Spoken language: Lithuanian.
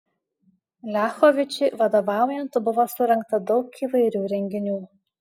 liachovičiui vadovaujant buvo surengta daug įvairių renginių